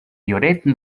lloret